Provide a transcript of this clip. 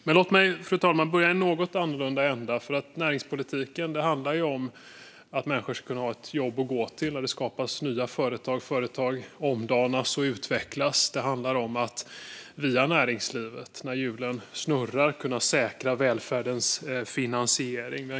Fru talman! Låt mig börja i en annan ände. Näringspolitiken handlar om att människor ska kunna ha ett jobb att gå till, att det skapas nya företag och att företag omdanas och utvecklas. Den handlar om att via näringslivet, när hjulen snurrar, kunna säkra välfärdens finansiering.